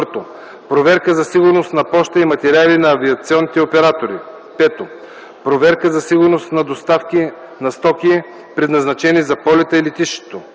проверка за сигурност на поща и материали на авиационните оператори; 5. проверка за сигурност на доставки на стоки, предназначени за полета и летището;